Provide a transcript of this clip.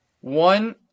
One